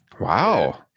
Wow